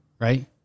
right